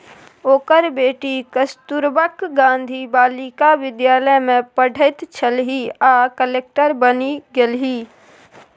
ओकर बेटी कस्तूरबा गांधी बालिका विद्यालय मे पढ़ैत छलीह आ कलेक्टर बनि गेलीह